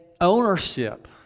ownership